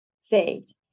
saved